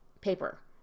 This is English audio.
paper